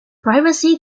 privacy